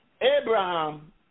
Abraham